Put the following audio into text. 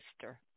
sister